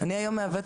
אנג'ל,